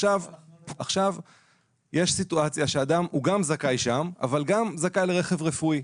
יש סיטואציה שאדם גם זכאי שם אבל גם זכאי לרכב רפואי.